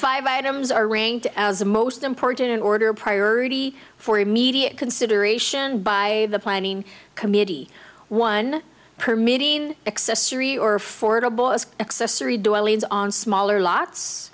five items are ranked as the most important in order of priority for immediate consideration by the planning committee one permitting accessory or affordable as accessory dwellings on smaller lots